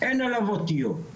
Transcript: אין עליו אותיות,